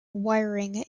wiring